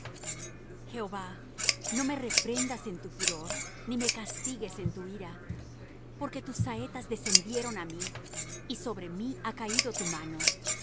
jehova no me reprendas en tu furor ni me castigues en tu ira porque tus saetas descendieron á mí y sobre mí ha caído tu mano